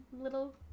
little